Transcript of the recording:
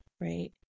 right